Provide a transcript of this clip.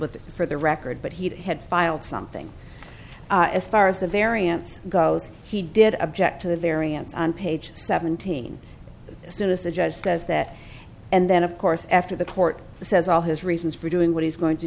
that for the record but he had filed something as far as the variance goes he did object to the variance on page seventeen as soon as the judge does that and then of course after the court says all his reasons for doing what he's going to